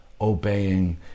Obeying